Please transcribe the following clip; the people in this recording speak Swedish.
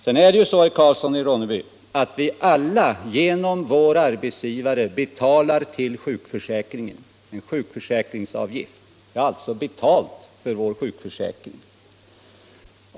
Sedan är det så, herr Karlsson i Ronneby, att vi alla genom vår arbetsgivare betalar en sjukförsäkringsavgift till sjukförsäkringen. Vi har alltså betalat för vår sjukförsäkring.